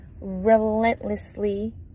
relentlessly